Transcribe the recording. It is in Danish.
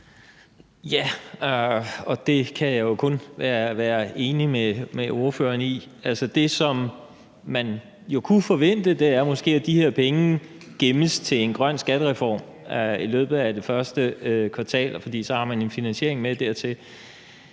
(V): Det kan jeg jo kun være enig med ordføreren i. Det, som man jo kunne forvente, er måske, at de her penge gemmes til en grøn skattereform i løbet af det første kvartal, for så har man en finansiering med til